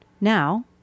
Now